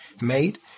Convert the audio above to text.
made